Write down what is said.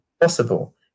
possible